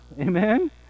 amen